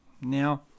Now